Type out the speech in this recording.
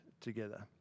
together